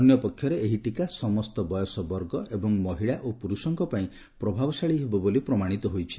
ଅନ୍ୟ ପକ୍ଷରେ ଏହି ଟିକା ସମସ୍ତ ବୟସ ବର୍ଗ ଏବଂ ମହିଳା ଓ ପୁରୁଷଙ୍କ ପାଇଁ ପ୍ରଭାବଶାଳୀ ବୋଲି ପ୍ରମାଣିତ ହୋଇଛି